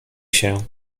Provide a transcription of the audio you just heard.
się